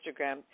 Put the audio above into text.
instagram